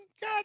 God